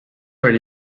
oli